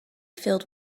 filled